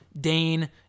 Dane